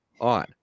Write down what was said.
on